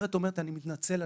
אם יש הוצאות מבניות.